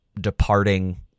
departing